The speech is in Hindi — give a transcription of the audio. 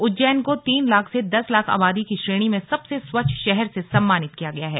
उज्जैन को तीन लाख से दस लाख आबादी की श्रेणी में सबसे स्वच्छ शहर से सम्मानित किया गया है